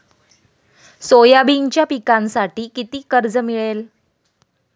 सोयाबीनच्या पिकांसाठी किती कर्ज मिळेल?